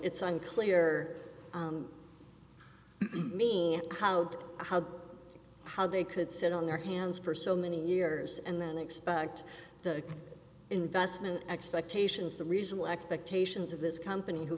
it's unclear i mean how how how they could sit on their hands for so many years and then expect the investment expectations the reasonable expectations of this company who